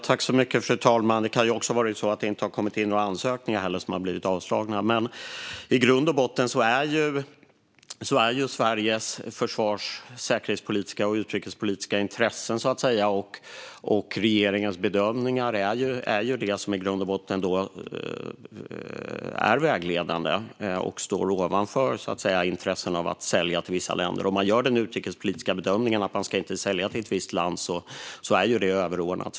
Fru talman! Det kan också ha varit så att det inte har kommit in några ansökningar som har blivit avslagna. Men i grund och botten är det Sveriges försvarsintressen och säkerhetspolitiska och utrikespolitiska intressen och regeringens bedömningar som är vägledande och som står ovanför, så att säga, intressen av att sälja till vissa länder. Om man gör den utrikespolitiska bedömningen att man inte ska sälja till ett visst land är det överordnat.